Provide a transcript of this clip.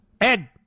Ed